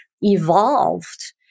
evolved